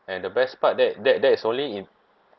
and the best part that that that is only if